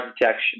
detection